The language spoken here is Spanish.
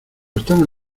estamos